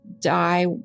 die